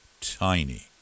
tiny